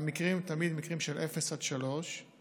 והמקרים תמיד הם מקרים של אפס עד שלוש,